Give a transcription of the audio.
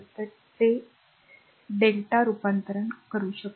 तर हे r t ते Δ रूपांतरण आहे